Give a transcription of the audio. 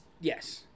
yes